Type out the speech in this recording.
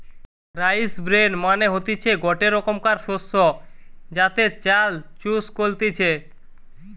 rice bran মানে হতিছে গটে রোকমকার শস্য যাতে চাল চুষ কলতিছে